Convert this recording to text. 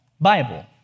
Bible